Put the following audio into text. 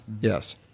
yes